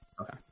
Okay